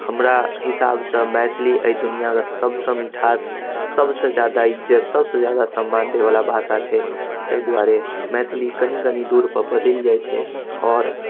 हमरा हिसाबसँ मैथिली एहि दुनिआँ कऽ सबसँ मिठास सबसे जादा इज्जत सबसे जादा सम्मान दै बला भाषा छै ताहि दुआरे मैथिली कनि कनि दूर पर बदलि जाइत छै आओर